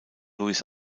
louis